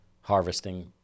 harvesting